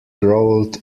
growled